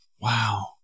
Wow